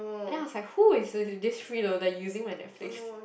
and then I was like who is the this freeloader using my Netflix